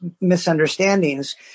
misunderstandings